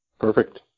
Perfect